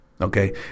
okay